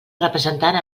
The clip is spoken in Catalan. representant